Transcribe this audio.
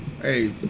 Hey